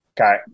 Okay